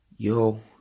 Yo